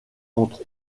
entre